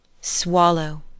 swallow